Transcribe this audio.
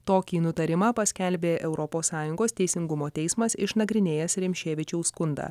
tokį nutarimą paskelbė europos sąjungos teisingumo teismas išnagrinėjęs rimšėvičiaus skundą